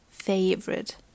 favorite